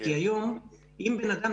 כי היום אם בן אדם,